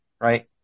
right